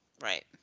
Right